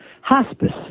Hospice